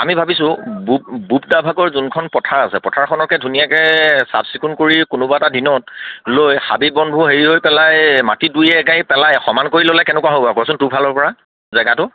আমি ভাবিছোঁ ব বুবদাভাগৰ যোনখন পথাৰ আছে পথাৰখনকে ধুনীয়াকে চাফ চিকুণ কৰি কোনোবা এটা দিনত লৈ হাবি বনবোৰ হেৰি হৈ পেলাই মাটি দুই এগাড়ী পেলাই সমান কৰি ল'লে কেনেকুৱা হ'ব কচোন তোৰ ফালৰ পৰা জেগাটো